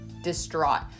distraught